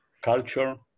culture